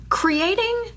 creating